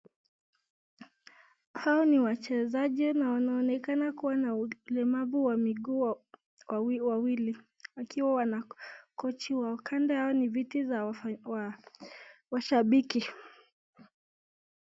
Hao ni wachezaji na wanaonekana kuwa na ulemavu wa miguu wawili, wakiwa na kochi wao kando yao ni viti vya washabiki.